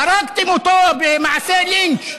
הרגתם אותו במעשה לינץ'.